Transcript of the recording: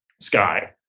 sky